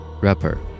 Rapper